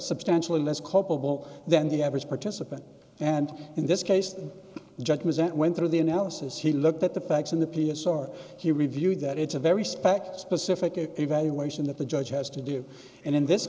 substantially less culpable than the average participant and in this case the judge was sent went through the analysis he looked at the facts in the p s or he reviewed that it's a very spect pacifica evaluation that the judge has to do and in this